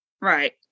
Right